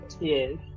yes